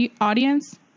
audience